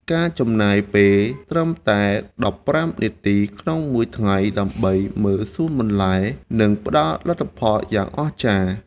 ការចំណាយពេលត្រឹមតែដប់ប្រាំនាទីក្នុងមួយថ្ងៃដើម្បីមើលសួនបន្លែនឹងផ្តល់លទ្ធផលយ៉ាងអស្ចារ្យ។